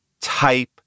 type